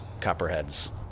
copperheads